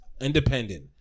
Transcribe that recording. independent